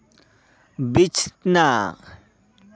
ᱵᱤᱪᱷᱱᱟᱹ